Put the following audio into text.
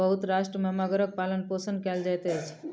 बहुत राष्ट्र में मगरक पालनपोषण कयल जाइत अछि